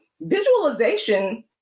visualization